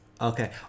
okay